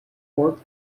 fourth